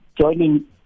joining